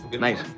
Nice